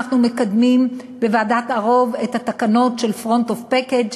אנחנו מקדמים בוועדת ערו"ב את התקנות של Front of Package,